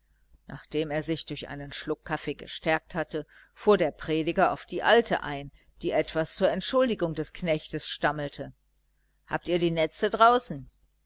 nachdem er sich durch einen schluck kaffee gestärkt hatte fuhr der prediger auf die alte ein die etwas zur entschuldigung des knechtes stammelte habt ihr die netze draußen